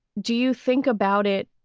do you think about it?